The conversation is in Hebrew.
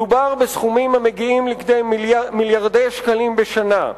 מדובר בסכומים המגיעים כדי מיליארדי שקלים בשנה.